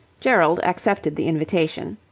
gerald accepted the invitation.